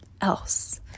else